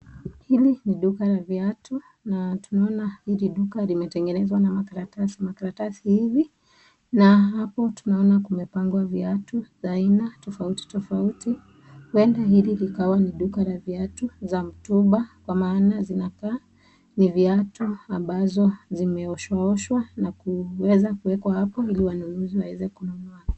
Hili ni duka la viatu na tunaona hili duka limetengenezwa na makaratasi. Makaratas hivi na hapo tunaona kumepangwa viatu aina tofauti tofauti. Huenda hili likawa ni duka la viatu za mtumba kwa maana zinakaa ni viatu ambazo zimeoshwaoshwa na kuweza kuwekwa hapo ili wanunuzi waweze kununua.